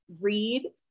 read